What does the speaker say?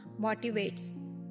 motivates